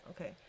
okay